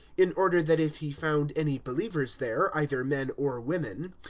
in order that if he found any believers there, either men or women,